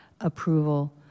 approval